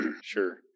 Sure